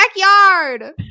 backyard